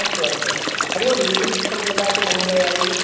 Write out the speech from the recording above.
अस्तु अस्तु हरि ओम् नीतिशतकं ददातु महोदयायै